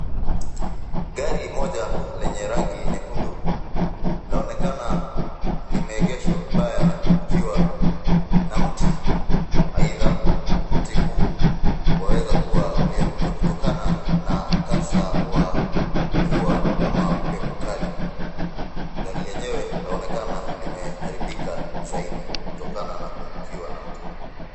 Gari moja lenye rangi nyekundu laonekana limeegeshwa vibaya na kuangukiwa na mti, aidha mti huu waweza kua ulianguka kutokana na mkasa wa mvua ama upepo kali. Gari lenyewe laonekana limeharibika zaidi kutokana na kuangukiwa na mti huu.